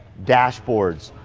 dashboards,